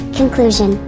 conclusion